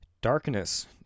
darkness